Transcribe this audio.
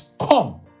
come